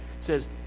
says